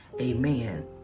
Amen